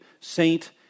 saint